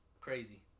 Crazy